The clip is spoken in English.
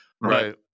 Right